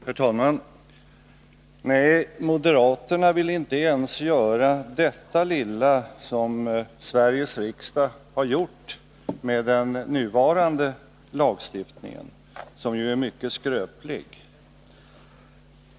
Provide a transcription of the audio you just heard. Herr talman! Nej, moderaterna vill inte ens göra detta lilla som Sveriges riksdag har gjort med den nuvarande lagstiftningen, som är mycket skröplig.